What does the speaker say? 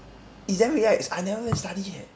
it's damn weird right I never even study eh